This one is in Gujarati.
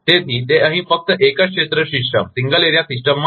તેથી તે અહીં ફક્ત એક જ ક્ષેત્ર સિસ્ટમ માટે